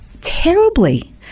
terribly